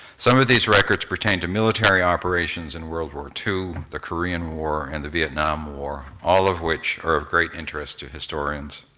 some of these records pertain to military operations in world war ii, the korean war, and the vietnam war, all of which are of great interest to historians.